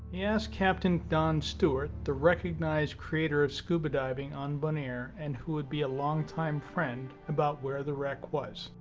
he asked captain don stewart, the recognized creator of scuba diving on bonaire, and who would be a long time friend about where the wreck was.